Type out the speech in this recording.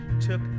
took